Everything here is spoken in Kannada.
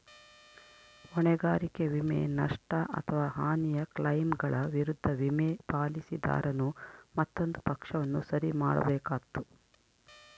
ಹೊಣೆಗಾರಿಕೆ ವಿಮೆ, ನಷ್ಟ ಅಥವಾ ಹಾನಿಯ ಕ್ಲೈಮ್ಗಳ ವಿರುದ್ಧ ವಿಮೆ, ಪಾಲಿಸಿದಾರನು ಮತ್ತೊಂದು ಪಕ್ಷವನ್ನು ಸರಿ ಮಾಡ್ಬೇಕಾತ್ತು